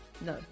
No